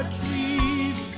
trees